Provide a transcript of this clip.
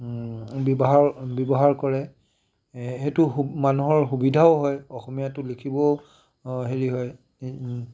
বিবাহৰ ব্যৱহাৰ কৰে সেইটো সু মানুহৰ সুবিধাও হয় অসমীয়াটো লিখিবও হেৰি হয়